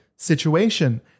situation